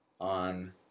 on